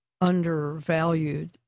undervalued